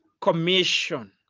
Commission